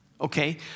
okay